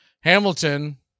Hamilton